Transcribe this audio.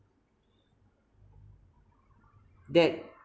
that